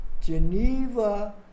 Geneva